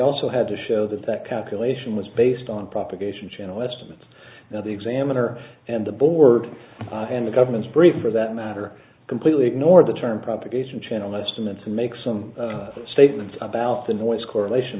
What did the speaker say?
also had to show that that calculation was based on propagation channel estimates now the examiner and the board and the government's brief for that matter completely ignored the term propagation channel estimates to make some statements about the noise correlation